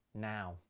now